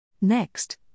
Next